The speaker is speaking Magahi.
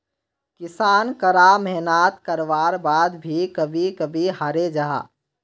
किसान करा मेहनात कारवार बाद भी कभी कभी हारे जाहा